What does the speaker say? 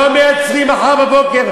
לא ממחר בבוקר,